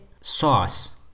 sauce